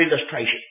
illustration